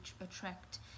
attract